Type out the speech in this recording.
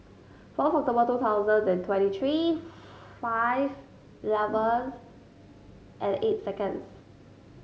fourth October two thousand and twenty three five eleven and eight seconds